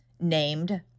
named